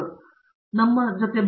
professor Babu Vishwanath ಧನ್ಯವಾದಗಳು